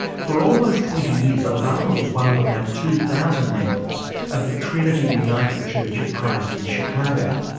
for almost twenty years obama was one of about two thousand members of the trinity united church of christ in chicago.